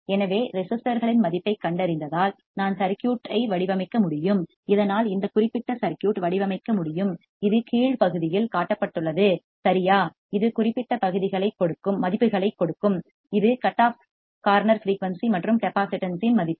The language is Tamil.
எனவே ரெசிஸ்டர்களின் மதிப்பைக் கண்டறிந்ததால் நான் சர்க்யூட் ஐ வடிவமைக்க முடியும் இதனால் இந்த குறிப்பிட்ட சர்க்யூட் ஐ வடிவமைக்க முடியும் இது கீழ் பகுதியில் காட்டப்பட்டுள்ளது சரியா இது குறிப்பிட்ட மதிப்புகளைக் கொடுக்கும் இது கட் ஆஃப் கார்னர் ஃபிரீயூன்சி மற்றும் கெப்பாசிட்டன்ஸ் இன் மதிப்பு